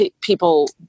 people